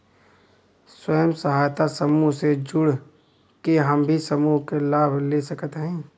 स्वयं सहायता समूह से जुड़ के हम भी समूह क लाभ ले सकत हई?